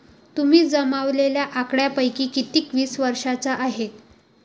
तुम्ही जमवलेल्या आकड्यांपैकी किती वीस वर्षांचे आहेत?